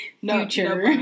Future